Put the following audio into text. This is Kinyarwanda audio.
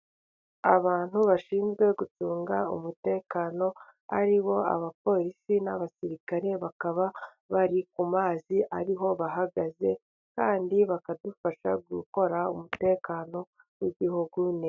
Abantu bashinzwe gucunga umutekano ari bo abapolisi n'abasirikare, bakaba bari ku mazi ariho bahagaze, kandi bakadufasha gukora umutekano w'igihugu neza.